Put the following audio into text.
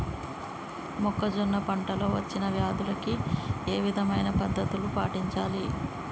మొక్కజొన్న పంట లో వచ్చిన వ్యాధులకి ఏ విధమైన పద్ధతులు పాటించాలి?